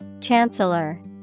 Chancellor